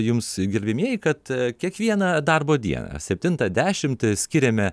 jums gerbiamieji kad kiekvieną darbo dieną septintą dešimtį skiriame